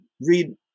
read